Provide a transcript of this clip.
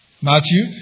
Matthew